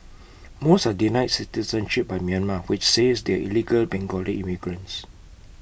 most are denied citizenship by Myanmar which says they are illegal Bengali immigrants